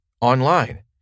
Online